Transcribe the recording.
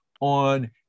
on